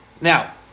Now